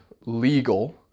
legal